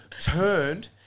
turned